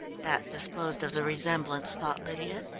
that disposed of the resemblance, thought lydia,